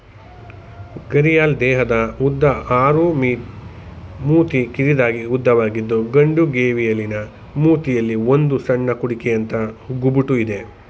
ಘರಿಯಾಲ್ ದೇಹದ ಉದ್ದ ಆರು ಮೀ ಮೂತಿ ಕಿರಿದಾಗಿ ಉದ್ದವಾಗಿದ್ದು ಗಂಡು ಗೇವಿಯಲಿನ ಮೂತಿಯಲ್ಲಿ ಒಂದು ಸಣ್ಣ ಕುಡಿಕೆಯಂಥ ಗುಬುಟು ಇದೆ